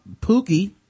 Pookie